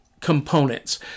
components